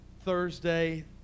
Thursday